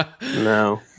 No